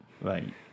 Right